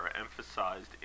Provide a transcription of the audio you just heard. emphasized